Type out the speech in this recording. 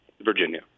Virginia